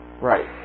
Right